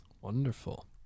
Wonderful